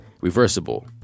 reversible